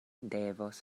devos